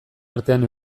artean